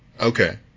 Okay